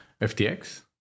FTX